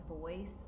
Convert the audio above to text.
voice